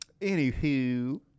Anywho